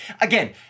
again